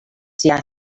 say